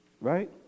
Right